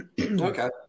Okay